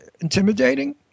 intimidating